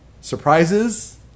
surprises